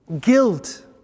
Guilt